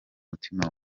mutima